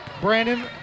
Brandon